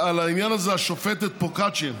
על העניין הזה, השופטת פרוקצ'יה,